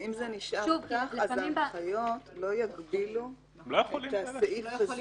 אם זה נשאר כך, ההנחיות לא יגבילו את הסעיף הזה.